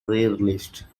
released